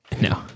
No